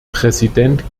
präsident